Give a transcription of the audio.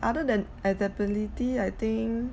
other than adaptability I think